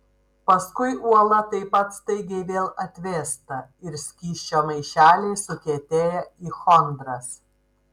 paskui uola taip pat staigiai vėl atvėsta ir skysčio maišeliai sukietėja į chondras